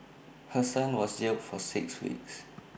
her son was jailed for six weeks